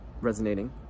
resonating